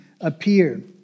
appear